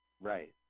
Right